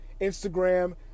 Instagram